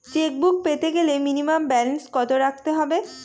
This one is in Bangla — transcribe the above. চেকবুক পেতে গেলে মিনিমাম ব্যালেন্স কত রাখতে হবে?